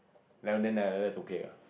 like and then that that's okay ah